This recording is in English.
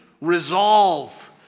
resolve